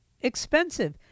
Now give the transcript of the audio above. expensive